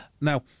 Now